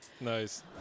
Nice